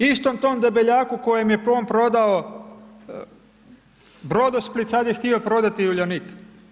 Istom tom Debeljaku kojem je on prodao Brodosplit, sad je htio prodati i Uljanik.